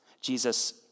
Jesus